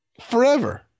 forever